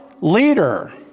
leader